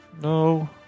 no